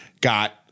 got